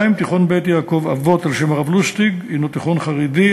תיכון "בית-יעקב אבות" על שם הרב לוסטיג הנו תיכון חרדי,